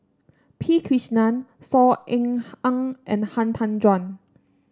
P Krishnan Saw Ean Ang and Han Tan Juan